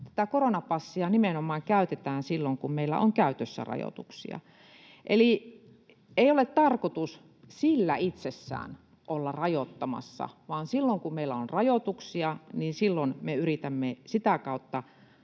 koronapassia nimenomaan käytetään silloin, kun meillä on käytössä rajoituksia, eli ei ole tarkoitus sillä itsessään olla rajoittamassa, vaan silloin kun meillä on rajoituksia, me yritämme sitä kautta